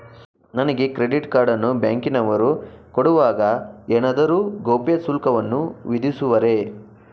ನನಗೆ credit card ಅನ್ನು ಬ್ಯಾಂಕಿನವರು ಕೊಡುವಾಗ ಏನಾದರೂ ಗೌಪ್ಯ ಶುಲ್ಕವನ್ನು ವಿಧಿಸುವರೇ?